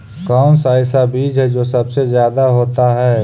कौन सा ऐसा बीज है जो सबसे ज्यादा होता है?